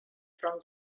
from